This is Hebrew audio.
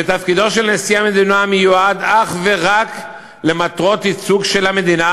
ושתפקידו של נשיא המדינה מיועד אך ורק למטרות עיסוק של המדינה